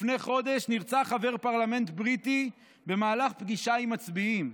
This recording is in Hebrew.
לפני חודש נרצח חבר פרלמנט בריטי במהלך פגישה עם מצביעים.